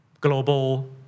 global